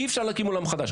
אי אפשר להקים עולם חדש,